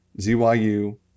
z-y-u